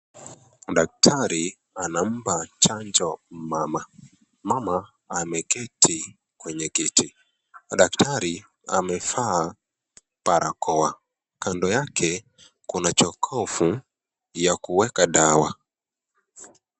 Daktari anampa chanjo mama. Mama ameketi kwenye kiti. Daktari amevaa barakoa kando yake kuna jokofu ya kuweka dawa.